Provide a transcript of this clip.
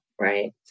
right